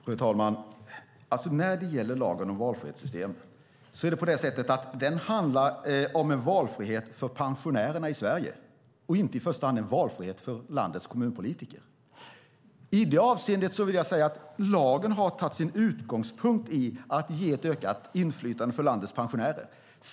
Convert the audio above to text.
Fru talman! När det gäller lagen om valfrihetssystem handlar den om en valfrihet för pensionärerna i Sverige och inte i första hand en valfrihet för landets kommunpolitiker. I det avseendet vill jag säga att lagen har tagit sin utgångspunkt i att ge ett ökat inflytande för landets pensionärer.